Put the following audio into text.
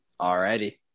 Alrighty